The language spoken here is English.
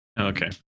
okay